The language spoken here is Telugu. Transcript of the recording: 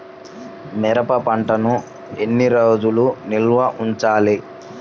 మిరప పంటను ఎన్ని రోజులు నిల్వ ఉంచాలి?